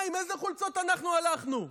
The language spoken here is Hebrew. מה, עם איזה חולצות אנחנו הלכנו?